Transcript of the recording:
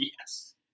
Yes